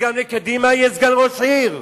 שגם לקדימה יהיה סגן ראש עיר?